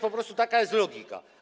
Po prostu taka jest logika.